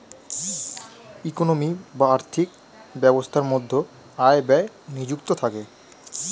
economy বা আর্থিক ব্যবস্থার মধ্যে আয় ব্যয় নিযুক্ত থাকে